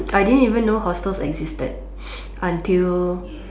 I didn't even know hostel existed until